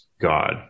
God